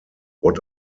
what